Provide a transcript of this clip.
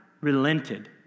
relented